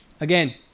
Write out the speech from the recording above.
again